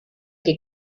que